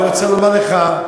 אני רוצה לומר לך,